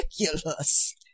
Ridiculous